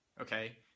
okay